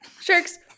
Sharks